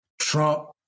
Trump